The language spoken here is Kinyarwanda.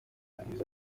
yagize